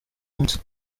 munsi